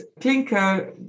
Klinker